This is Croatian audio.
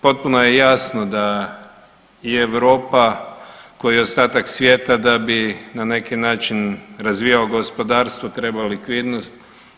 Potpuno je jasno da i Europa kao i ostatak svijeta da bi na neki način razvijao gospodarstvo treba likvidnost.